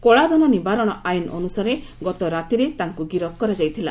କଳାଧନ ନିବାରଣ ଆଇନ ଅନୁସାରେ ଗତରାତିରେ ତାଙ୍କୁ ଗିରଫ କରାଯାଇଥିଲା